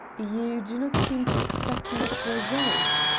you do not seem to expect much result?